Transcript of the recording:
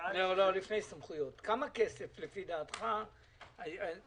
לפני הסמכויות: כמה כסף לפי דעתך נדרש